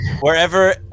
Wherever